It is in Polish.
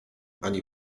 ani